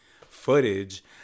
footage